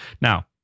Now